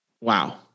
Wow